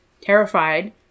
Terrified